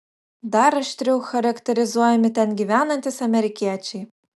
dar aštriau charakterizuojami ten gyvenantys amerikiečiai